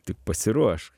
tik pasiruošk